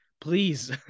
please